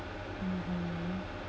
mmhmm